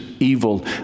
evil